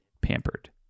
pampered